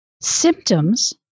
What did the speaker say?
symptoms